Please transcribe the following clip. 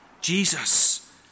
Jesus